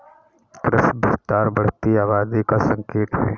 कृषि विस्तार बढ़ती आबादी का संकेत हैं